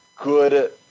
good